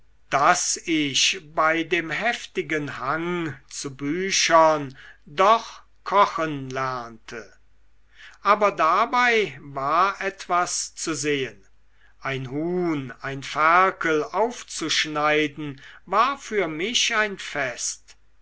daß ich bei dem heftigen hang zu büchern doch kochen lernte aber dabei war etwas zu sehen ein huhn ein ferkel aufzuschneiden war für mich ein fest